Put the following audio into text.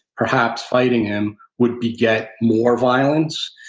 perhaps fighting him, would beget more violence?